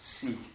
seek